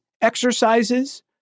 exercises